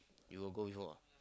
you got go before ah